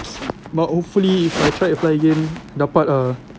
but hopefully if I tried apply again dapat ah